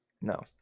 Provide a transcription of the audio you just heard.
No